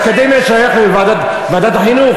אז אקדמיה שייך לוועדת החינוך.